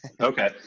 okay